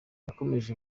yakomeje